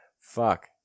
Fuck